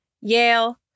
Yale